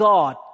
God